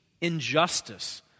injustice